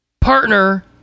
partner